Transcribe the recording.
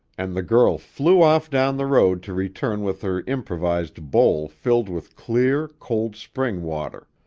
and the girl flew off down the road to return with her improvised bowl filled with clear, cold spring water.